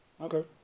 Okay